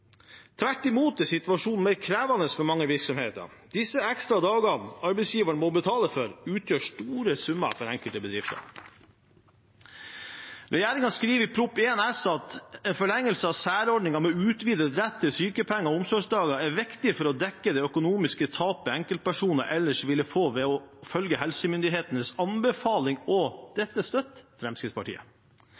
Tvert imot er situasjonen mer krevende for mange virksomheter. Disse ekstra dagene som arbeidsgiveren må betale for, utgjør store summer for enkelte bedrifter. Regjeringen skriver i Prop. 1 S Tillegg 1 S for 2021–2022 at en forlengelse av særordninger med utvidet rett til sykepenger og omsorgsdager er viktig for å dekke «det økonomiske tapet enkeltpersoner ellers ville fått ved å følge helsemyndighetenes anbefalinger». Dette støtter Fremskrittspartiet.